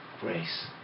grace